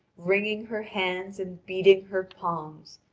wringing her hands, and beating her palms,